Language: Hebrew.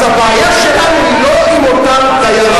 אז הבעיה שלנו היא לא עם אותם דיירים